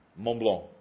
Montblanc